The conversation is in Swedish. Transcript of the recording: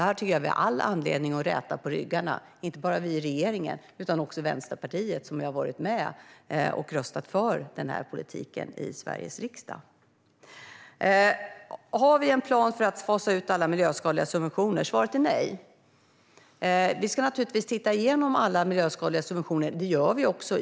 Här tycker jag alltså att vi har all anledning att räta på ryggen - inte bara vi i regeringen, utan också Vänsterpartiet, som har varit med och röstat för den här politiken i Sveriges riksdag. Har vi en plan för att fasa ut alla miljöskadliga subventioner? Svaret är nej. Vi ska naturligtvis titta igenom alla miljöskadliga subventioner, och det gör vi.